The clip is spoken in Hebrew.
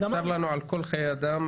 צר לנו על כל אובדן של חיי אדם.